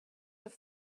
have